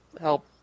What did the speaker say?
help